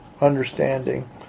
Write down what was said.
understanding